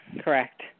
correct